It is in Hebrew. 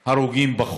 בהרוגים.